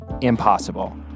impossible